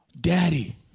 Daddy